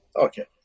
Okay